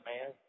man